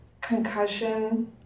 concussion